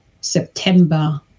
September